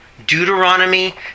Deuteronomy